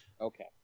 Okay